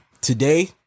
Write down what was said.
Today